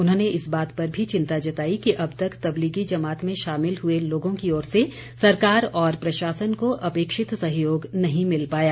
उन्होंने इस बात पर भी चिंता जताई कि अब तक तबलीगी जमात में शामिल हुए लोगों की ओर से सरकार और प्रशासन को अपेक्षित सहयोग नहीं मिल पाया